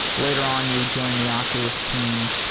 later on, you joined the oculus team.